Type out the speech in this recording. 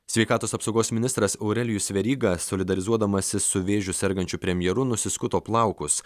sveikatos apsaugos ministras aurelijus veryga solidarizuodamasis su vėžiu sergančiu premjeru nusiskuto plaukus